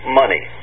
money